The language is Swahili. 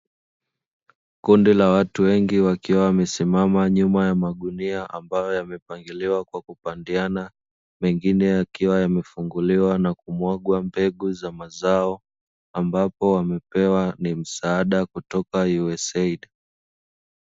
Kundi la watu wengi wakiwa wamesimama nyuma ya magunia ambayo yamepangiliwa kwa kupandiana, mengine yakiwa yamefunguliwa na kumwaga mbegu za mazao ambapo amepewa, ni msaada kutoka "USAID".